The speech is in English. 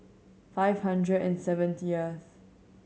five hundred and seventieth